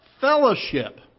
fellowship